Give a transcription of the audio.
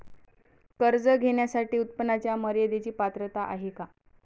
कर्ज घेण्यासाठी उत्पन्नाच्या मर्यदेची पात्रता आहे का?